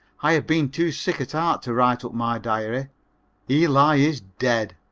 i have been too sick at heart to write up my diary eli is dead!